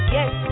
Yes